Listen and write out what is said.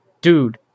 dude